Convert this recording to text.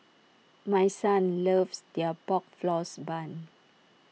my son loves their Pork Floss Bun